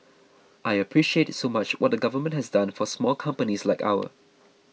I appreciate so much what the government has done for small companies like ours